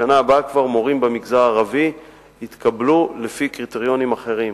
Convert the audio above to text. כבר בשנה הבאה מורים במגזר הערבי יתקבלו לפי קריטריונים אחרים.